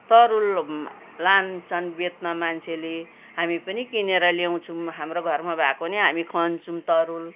तरुल लान्छन् बेच्न मान्छेले हामी पनि किनेर ल्याउँछौँ हाम्रो घरमा भएको पनि हामी खन्छौँ तरुल